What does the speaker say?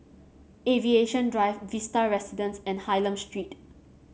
Aviation Drive Vista Residences and Hylam Street